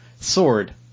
sword